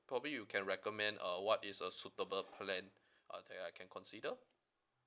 probably you can recommend uh what is a suitable plan uh that I can consider